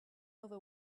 over